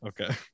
Okay